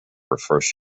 refers